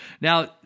Now